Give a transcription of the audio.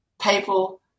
people